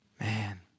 Man